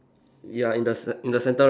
ya in the ce~ in the centre right